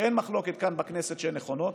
שאין מחלוקת כאן בכנסת שהן נכונות,